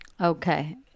Okay